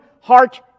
heart